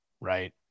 Right